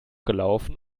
gelaufen